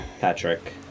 Patrick